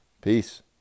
Peace